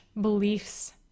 beliefs